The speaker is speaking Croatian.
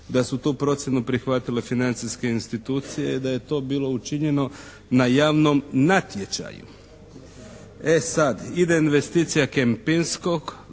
da su tu procjenu prihvatile financijske institucije i da je to bilo učinjeno na javnom natječaju. E sada, ide investicija …/Govornik